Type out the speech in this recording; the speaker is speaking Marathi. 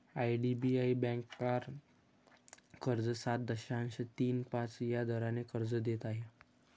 आई.डी.बी.आई बँक कार कर्ज सात दशांश तीन पाच या दराने कर्ज देत आहे